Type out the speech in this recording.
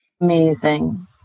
Amazing